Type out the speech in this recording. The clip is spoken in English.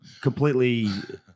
completely